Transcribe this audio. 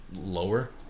lower